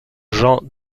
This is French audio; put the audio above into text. gens